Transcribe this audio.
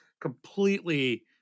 completely